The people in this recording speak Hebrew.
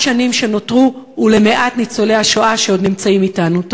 השנים שנותרו ולמעט ניצולי השואה שעוד נמצאים אתנו.